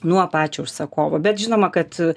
nuo pačio užsakovo bet žinoma kad